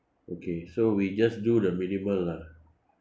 okay so we just do the minimal lah